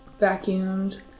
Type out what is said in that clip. vacuumed